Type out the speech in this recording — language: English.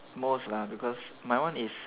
most lah because my one is